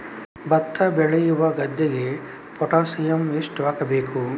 ಭತ್ತ ಬೆಳೆಯುವ ಗದ್ದೆಗೆ ಪೊಟ್ಯಾಸಿಯಂ ಎಷ್ಟು ಹಾಕಬೇಕು?